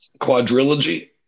Quadrilogy